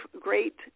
great